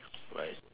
right